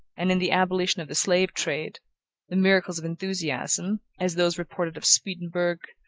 and in the abolition of the slave-trade the miracles of enthusiasm, as those reported of swedenborg,